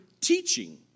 teaching